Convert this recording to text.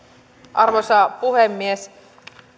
arvoisa puhemies